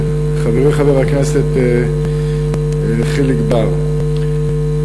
חברי חבר הכנסת חיליק בר,